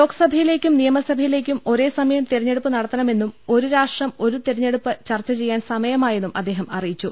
ലോക്സഭയിലേക്കും നിയമസഭകളിലേക്കും ഒരേസമയം തെരഞ്ഞെടുപ്പ് നടത്തണമെന്നും ഒരു രാഷ്ട്രം ഒരു തെര ഞ്ഞെടുപ്പ് ചർച്ച ചെയ്യാൻ സമയമായെന്നും അദ്ദേഹം അറി യിച്ചു